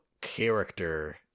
character